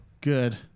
good